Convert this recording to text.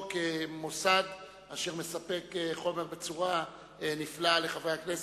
כמוסד אשר מספק חומר בצורה נפלאה לחברי הכנסת.